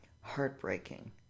heartbreaking